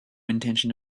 intention